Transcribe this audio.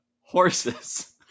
horses